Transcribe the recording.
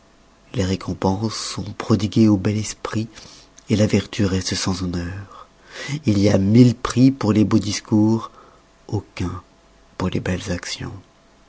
les récompenses sont prodiguées au bel esprit la vertu reste sans honneurs il y a mille prix pour les beaux discours aucun pour les belles actions